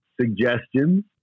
suggestions